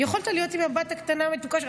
יכולת להיות עם הבת הקטנה המתוקה.